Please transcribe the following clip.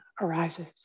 arises